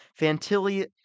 Fantilli